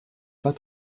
pas